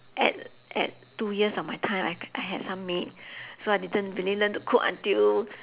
at at two years of my time I I had some maid so I didn't really learn to cook until